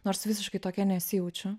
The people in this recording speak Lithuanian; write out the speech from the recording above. nors visiškai tokia nesijaučiu